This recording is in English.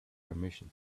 permission